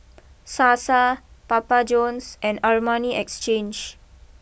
Sasa Papa Johns and Armani Exchange